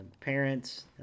parents